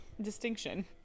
distinction